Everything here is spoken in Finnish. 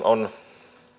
on